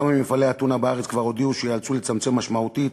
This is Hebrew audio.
כמה ממפעלי הטונה בארץ כבר הודיעו שייאלצו לצמצם משמעותית,